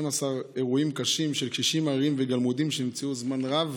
אירועים קשים של קשישים עריריים וגלמודים שנמצאו זמן רב